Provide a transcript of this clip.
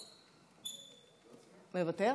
מוותר?